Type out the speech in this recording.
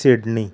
Sydney